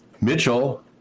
Mitchell